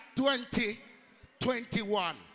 2021